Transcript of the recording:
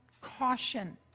caution